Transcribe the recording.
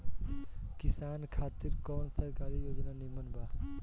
किसान खातिर कवन सरकारी योजना नीमन बा?